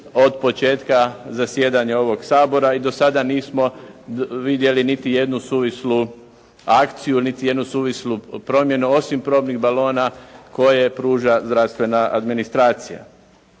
od početka zasjedanja ovog Sabora i do sada nismo vidjeli niti jednu suvislu akciju, niti jednu suvislu promjenu osim probnih balona koje pruža zdravstvena administracija.